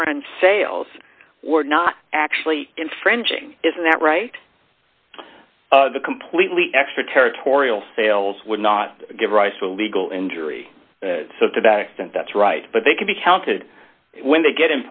foreign sales were not actually infringing isn't that right the completely extraterritorial sales would not give rise to a legal injury so for that extent that's right but they can be counted when they get